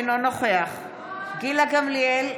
אינו נוכח גילה גמליאל,